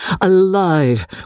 alive